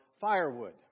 firewood